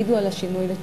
יעידו על השינוי לטובה.